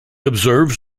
observes